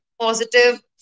positive